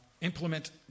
implement